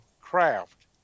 craft